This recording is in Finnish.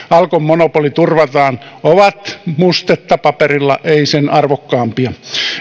alkon monopoli turvataan ovat mustetta paperilla eivät sen arvokkaampia